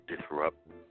disrupt